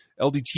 LDT